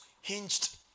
hinged